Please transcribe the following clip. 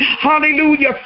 Hallelujah